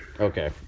Okay